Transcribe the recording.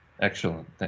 excellent